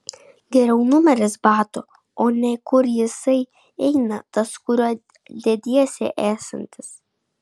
geriau numeris batų o ne kur jisai eina tas kuriuo dediesi esantis